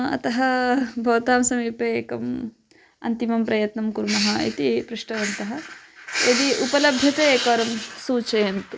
अतः भवतां समीपे एकम् अन्तिमं प्रयत्नं कुर्मः इति पृष्टवन्तः यदि उपलभ्यते एकवारं सूचयन्तु